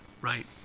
Right